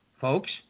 Folks